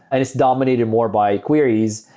and it's dominated more by queries.